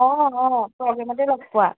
অঁ অঁ প্ৰগ্ৰামতে লগ পোৱা